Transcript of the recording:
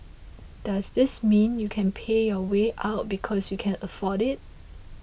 does this mean you can pay your way out because you can afford it